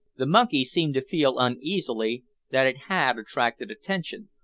the monkey seemed to feel uneasily that it had attracted attention,